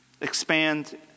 Expand